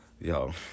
Yo